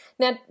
Now